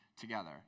together